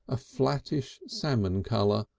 a flattish salmon colour,